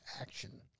action